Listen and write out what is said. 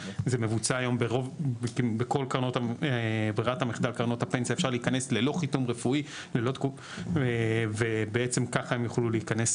ולצערי לא בכל הרמות מתייחסים אליהם ככה במדינת